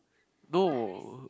no